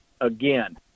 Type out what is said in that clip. Again